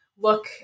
look